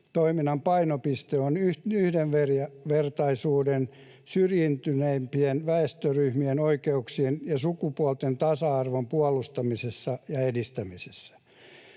painopiste on yhdenvertaisuuden, syrjäytyneimpien väestöryhmien oikeuksien ja sukupuolten tasa-arvon puolustamisessa ja edistämisessä.